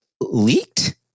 leaked